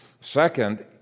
Second